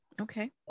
Okay